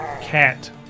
cat